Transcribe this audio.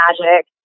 magic